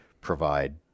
provide